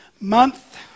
month